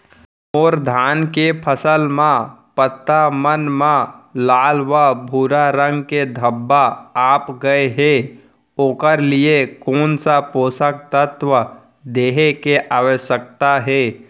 मोर धान के फसल म पत्ता मन म लाल व भूरा रंग के धब्बा आप गए हे ओखर लिए कोन स पोसक तत्व देहे के आवश्यकता हे?